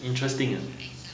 interesting ah